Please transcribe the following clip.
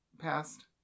passed